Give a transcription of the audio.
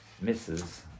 misses